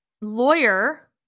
Lawyer